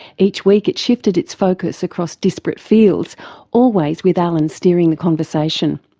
each week it shifted its focus across disparate fields always with alan steering the conversation.